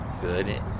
good